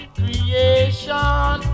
creation